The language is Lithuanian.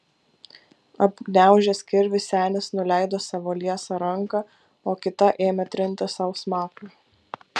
apgniaužęs kirvį senis nuleido savo liesą ranką o kita ėmė trinti sau smakrą